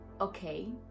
Okay